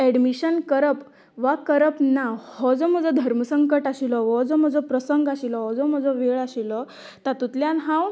admission करप वा करप ना हो जो म्हजो धर्म संकट आशिल्लो हो जो म्हजो प्रसंग आशिल्लो हो जो म्हजो वेळ आशिल्लो तातूंतल्यान हांव